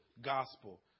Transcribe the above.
gospel